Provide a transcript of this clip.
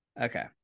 Okay